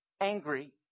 angry